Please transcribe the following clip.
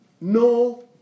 no